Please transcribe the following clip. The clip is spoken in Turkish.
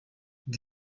i̇ki